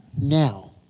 now